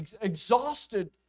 exhausted